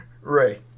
Ray